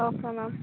okay ma'am